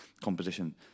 composition